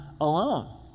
alone